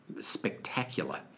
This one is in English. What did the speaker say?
Spectacular